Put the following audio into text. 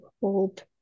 hold